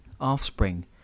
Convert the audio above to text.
offspring